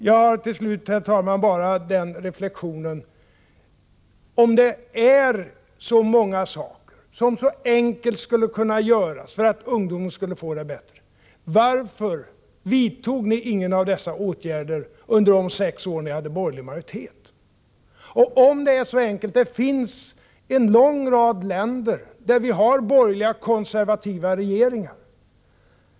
Jag vill till slut, herr talman, bara göra den reflexionen, att om det är så många saker som så enkelt skulle kunna göras för att ungdomen skulle få det bättre, varför vidtog ni ingen av dessa åtgärder under de sex år som ni hade borgerlig majoritet? Det finns en lång rad länder med borgerliga konservativa regeringar.